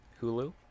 hulu